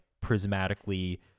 prismatically